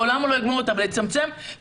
לאולם הוא שלא יגמור אותה אבל יצמצם ואני